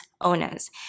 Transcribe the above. owners